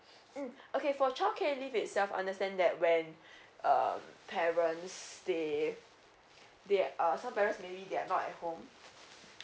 mm okay for childcare leave itself understand that when uh parents they they uh some parents maybe they are not at home